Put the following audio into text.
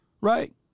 Right